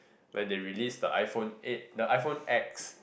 when they release the iPhone eight the iPhone X